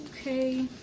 Okay